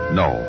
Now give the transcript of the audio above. no